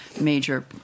major